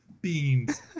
Beans